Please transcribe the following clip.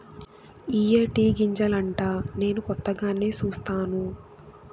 ఇయ్యే టీ గింజలంటా నేను కొత్తగానే సుస్తాను